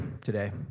today